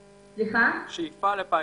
לפיילוטים.